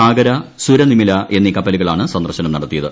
സാഗര സുരനിമില എന്നീ കപ്പലുകളാണ് സന്ദർശനം നടത്തിയത്